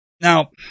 Now